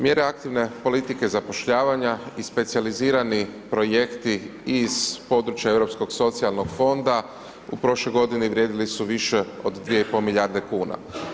Mjere aktivne politike zapošljavanja i specijalizirani projekti iz područja europskog socijalnog fonda u prošloj godini vrijedili su više od 2,5 milijarde kuna.